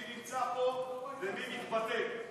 מי נמצא פה ומי מתבטל.